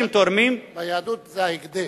ביהדות זה ההקדש.